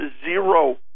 zero